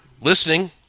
listening